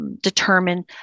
determine